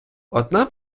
одна